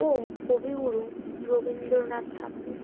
ও কবিগুরু রবীন্দ্রনাথ ঠাকুর